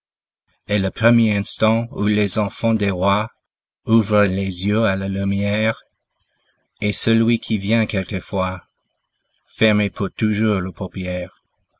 et le premier instant où les enfants des rois ouvrent les yeux à la lumière est celui qui vient quelquefois fermer pour toujours leur paupière